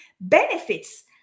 benefits